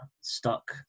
stuck